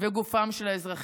וגופם של האזרחים.